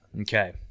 Okay